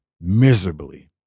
Miserably